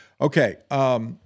Okay